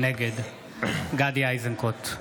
נגד גדי איזנקוט,